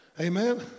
Amen